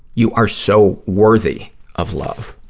you are so worthy of love.